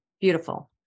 Beautiful